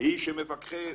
היא שמפקחי